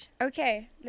Okay